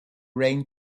rain